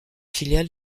filiale